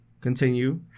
continue